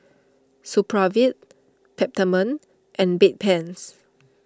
Supravit Peptamen and Bedpans